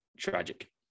tragic